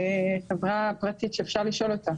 זו חברה פרטית שאפשר לשאול אותה.